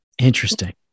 Interesting